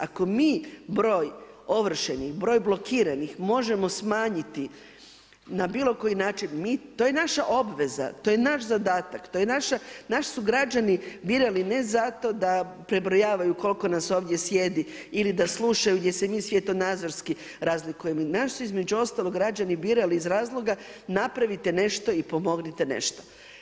Ako mi broj ovršenih, broj blokiranih možemo smanjiti na bilo koji način, to je naša obveza, to je naš zadatak, to je naša, nas su građani birali ne zato da prebrojavaju koliko nas ovdje sjedi ili da slušaju gdje se mi svjetonazorski razlikujemo, nas su između ostalog građani birali iz razloga napravite nešto i pomognite nešto.